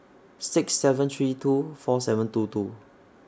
six seven three two four seven two two